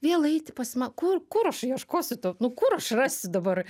vėl eit į pasima kur kur aš ieškosiu to nu kur aš rasiu dabar